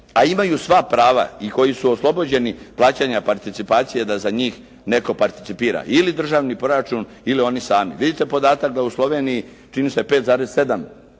a imaju sva prava i koji su oslobođeni plaćanja participacije da za njih netko participira. Ili državni proračun ili oni sami. Vidite podatak da u Sloveniji, čini se 5,7%